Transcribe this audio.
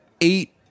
eight